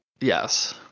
Yes